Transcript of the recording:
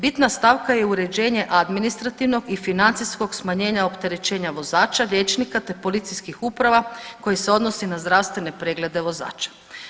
Bitna stavka je uređenje administrativnog i financijskog smanjenja opterećenja vozača liječnika te policijskih uprava koji se odnosi na zdravstvene preglede vozača.